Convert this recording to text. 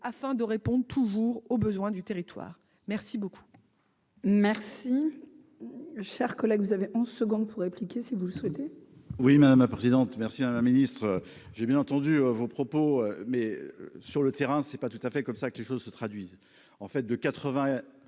afin de répondent toujours aux besoins du territoire merci beaucoup.